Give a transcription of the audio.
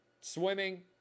swimming